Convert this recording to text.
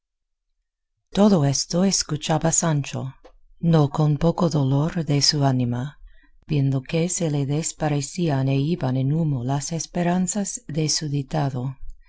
todo esto escuchaba sancho no con poco dolor de su ánima viendo que se le desparecían e iban en humo las esperanzas de su ditado